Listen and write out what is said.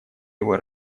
его